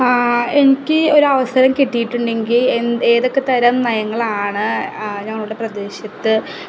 എനിക്ക് ഒരവസരം കിട്ടിയിട്ടുണ്ടെങ്കിൽ ഏതൊക്കെ തരം നയങ്ങളാണ് ഞങ്ങളുടെ പ്രദേശത്ത്